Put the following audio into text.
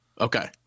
Okay